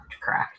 correct